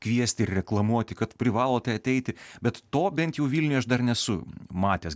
kviesti reklamuoti kad privalote ateiti bet to bent jau vilniuje aš dar nesu matęs